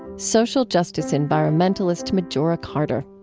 social justice environmentalist majora carter.